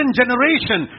generation